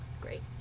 great